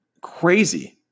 Crazy